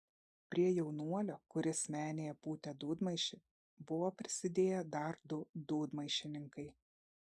prie jaunuolio kuris menėje pūtė dūdmaišį buvo prisidėję dar du dūdmaišininkai